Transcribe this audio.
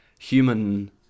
human